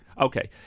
Okay